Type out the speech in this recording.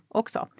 också